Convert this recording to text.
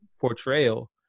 portrayal